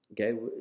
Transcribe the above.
Okay